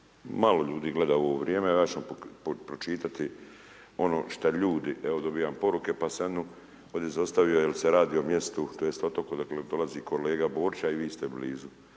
malo ljudi gleda u ovo vrijeme a ja ću vam pročitati ono šta ljudi, evo dobivam poruke pa sam jednu ovdje zaustavio jer se radi o mjestu, tj. otoku odakle dolazi kolega Borić a i vi ste blizu.